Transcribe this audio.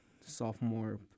sophomore